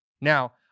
Now